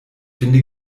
finde